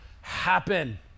happen